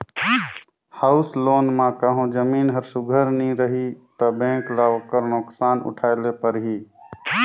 house loan म कहों जमीन हर सुग्घर नी रही ता बेंक ल ओकर नोसकान उठाए ले परही